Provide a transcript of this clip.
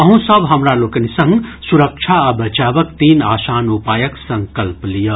अहूँ सभ हमरा लोकनि संग सुरक्षा आ बचावक तीन आसान उपायक संकल्प लियऽ